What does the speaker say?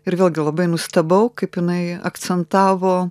ir vėlgi labai nustebau kaip jinai akcentavo